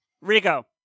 Rico